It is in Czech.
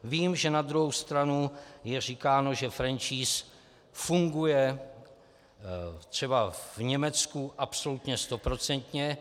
Vím, že na druhou stranu se říká, že franšíza funguje třeba v Německu absolutně stoprocentně.